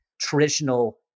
traditional